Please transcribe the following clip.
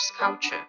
culture